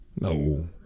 No